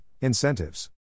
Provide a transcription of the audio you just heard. Incentives